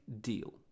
deal